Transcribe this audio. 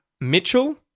Mitchell